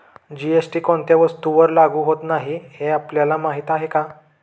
GST कोणत्या वस्तूंवर लागू होत नाही हे आपल्याला माहीत आहे का?